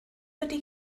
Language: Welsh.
ydy